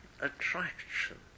attraction